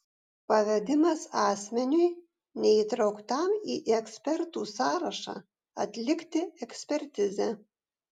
pavedimas asmeniui neįtrauktam į ekspertų sąrašą atlikti ekspertizę